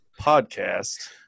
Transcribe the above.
Podcast